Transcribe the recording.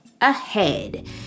ahead